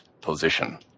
position